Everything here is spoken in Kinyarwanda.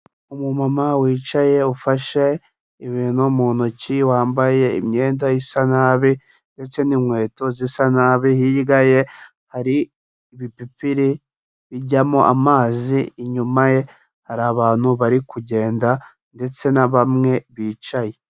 Umumama wicaye ufashe ibintu mu ntoki, wambaye imyenda isa nabi ndetse n'inkweto zisa nabi, hirya ye hari ibipipiri bijyamo amazi, inyuma ye hari abantu bari kugenda ndetse na bamwe bicaye.